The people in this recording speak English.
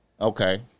Okay